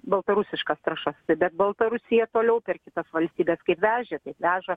baltarusiškas trąšas bet baltarusija toliau per kitas valstybes kaip vežė taip veža